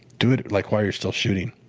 do it like while you're still shooting.